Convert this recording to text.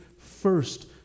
first